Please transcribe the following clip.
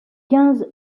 quinze